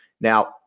Now